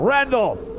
Randall